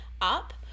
up